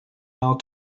will